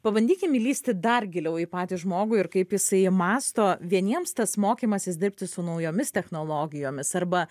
pabandykim įlįsti dar giliau į patį žmogų ir kaip jisai mąsto vieniems tas mokymasis dirbti su naujomis technologijomis arba